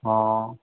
हा